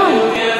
לא.